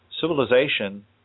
civilization